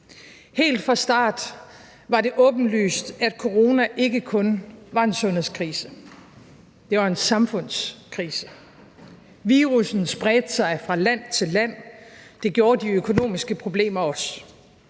Helt fra start var det åbenlyst, at corona ikke kun var en sundhedskrise. Det var en samfundskrise. Virussen spredte sig fra land til land. Det gjorde de økonomiske problemer også.